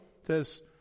says